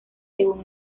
según